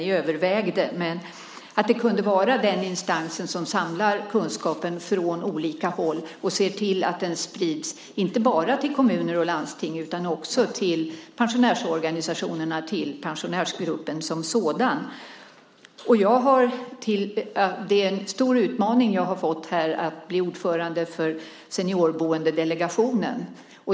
Ni övervägde att det kunde vara den instansen som ska samla kunskapen från olika håll och se till att den sprids, inte bara till kommuner och landsting utan också till pensionärsorganisationerna och till pensionärsgruppen som sådan. Det är en stor utmaning jag har fått att vara ordförande för Seniorboendedelegationen.